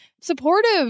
supportive